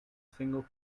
single